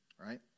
right